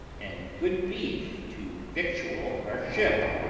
and good beef to victual our ship,